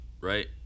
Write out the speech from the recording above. right